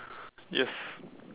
yes